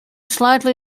slightly